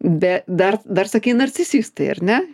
be dar dar sakei narcizistai ar ne